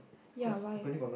ya why